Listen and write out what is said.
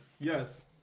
Yes